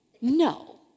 No